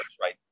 right